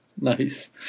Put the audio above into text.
Nice